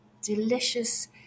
delicious